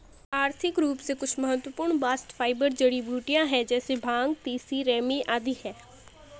आर्थिक रूप से कुछ महत्वपूर्ण बास्ट फाइबर जड़ीबूटियां है जैसे भांग, तिसी, रेमी आदि है